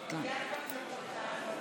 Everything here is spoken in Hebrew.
ולהארכת תוקפן של